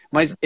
Mas